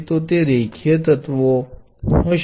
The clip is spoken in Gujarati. તો તે રેખીય એલિમેન્ટો હશે